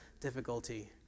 difficulty